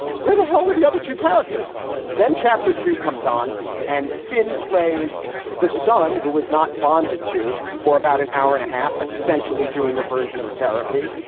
where the hell were the other two characters? then chapter two comes on and finn. he plays the son who was not bonded to for about an hour and a half, essentially doing a version of therapy,